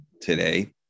today